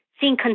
seeing